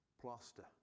plaster